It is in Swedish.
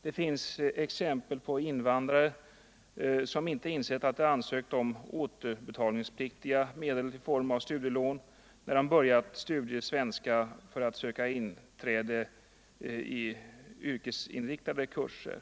Det finns exempel på invandrare som inte förstått att de sökt återbetalningspliktiga studiemedel när de börjat studier i svenska för att kunna söka inträde i yrkesinriktade kurser.